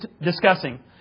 discussing